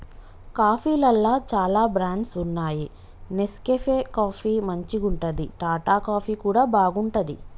కాఫీలల్ల చాల బ్రాండ్స్ వున్నాయి నెస్కేఫ్ కాఫీ మంచిగుంటది, టాటా కాఫీ కూడా బాగుంటది